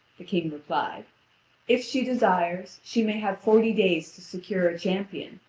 the king replied if she desires, she may have forty days to secure a champion,